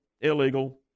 Illegal